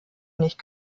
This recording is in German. nicht